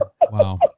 Wow